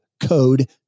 code